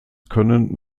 können